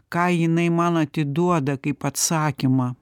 ką jinai man atiduoda kaip atsakymą